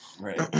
right